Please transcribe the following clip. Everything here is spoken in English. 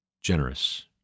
generous